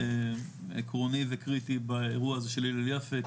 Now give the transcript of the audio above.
עקרוני וקריטי באירוע הזה של הלל יפה,